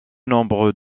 nombreux